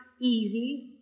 Easy